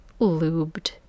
lubed